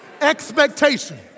expectation